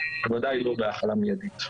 בוודאי לא בהחלה מיידית.